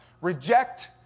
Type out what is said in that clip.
Reject